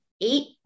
eight